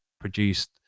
produced